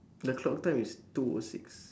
the clock time is two O six